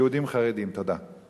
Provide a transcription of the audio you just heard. סוגיית עובדי הקבלן, ותנסה לפתור אותה,